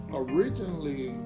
originally